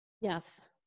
Yes